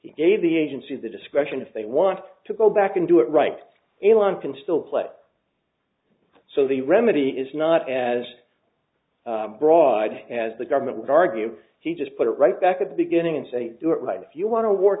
he gave the agency the discretion if they want to go back and do it right anyone can still play it so the remedy is not as broad as the government would argue he just put it right back at the beginning and say do it right if you wan